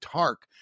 Tark